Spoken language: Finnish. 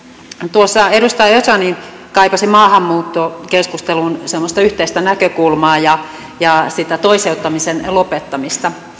tuossa edustaja ozan kaipasi maahanmuuttokeskusteluun semmoista yhteistä näkökulmaa ja ja toiseuttamisen lopettamista